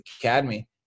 Academy